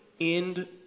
end